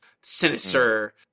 sinister